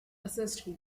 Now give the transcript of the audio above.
assist